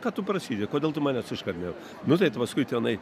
ką tu prasidedi kodėl tu manęs iškart ne nu tai paskui tenai